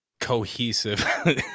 cohesive